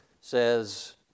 says